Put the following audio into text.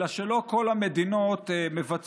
אלא שלא כל המדינות מבצעות